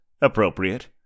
appropriate